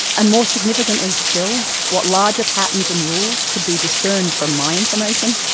and more significantly still, what larger patterns and rules could be discerned from my information,